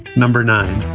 number nine,